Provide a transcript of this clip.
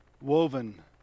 woven